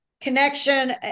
connection